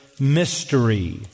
mystery